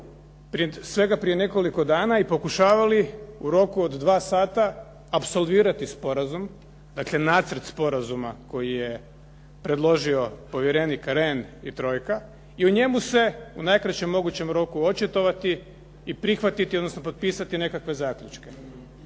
svega prije nekoliko dana i pokušavali u roku od dva sata apsolvirati sporazum, dakle nacrt sporazuma koji je predložio povjerenik Rehn i trojka i o njemu se u najkraćem mogućem roku očitovati i prihvatiti odnosno potpisati nekakve zaključke.